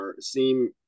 seem